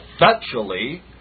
effectually